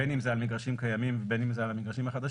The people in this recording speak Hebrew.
בין אם זה על מגרשים קיימים ובין אם זה על המגרשים החדשים,